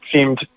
seemed